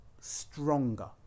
stronger